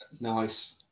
Nice